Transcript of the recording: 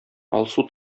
алсу